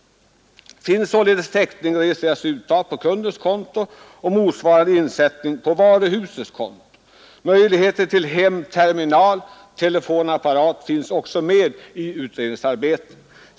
Finns täckning registreras uttag på kundens konto och motsvarande insättning på varuhusets konto. Möjligheter till hemterminaltelefonapparat finns också medtagna i utredningsarbetet.